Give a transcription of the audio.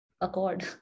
accord